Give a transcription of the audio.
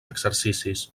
exercicis